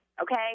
Okay